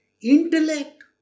intellect